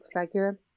figure